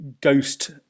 ghost